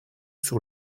sur